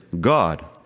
God